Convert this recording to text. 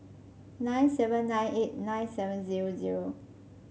nine seven nine eight nine seven zero zero